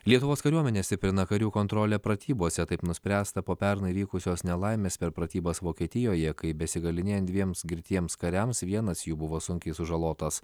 lietuvos kariuomenė stiprina karių kontrolę pratybose taip nuspręsta po pernai įvykusios nelaimės per pratybas vokietijoje kai besigalynėjant dviems girtiems kariams vienas jų buvo sunkiai sužalotas